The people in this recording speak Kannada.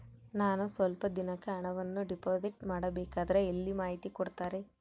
ನಾನು ಸ್ವಲ್ಪ ದಿನಕ್ಕೆ ಹಣವನ್ನು ಡಿಪಾಸಿಟ್ ಮಾಡಬೇಕಂದ್ರೆ ಎಲ್ಲಿ ಮಾಹಿತಿ ಕೊಡ್ತಾರೆ?